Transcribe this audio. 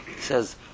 says